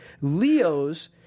Leos